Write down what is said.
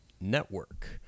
Network